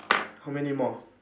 how many more